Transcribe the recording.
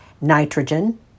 nitrogen